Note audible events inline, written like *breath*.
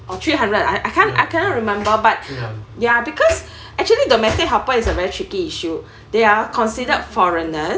or three hundred I I can't I cannot remember but *breath* ya because actually domestic helper is a very tricky issue they are considered foreigners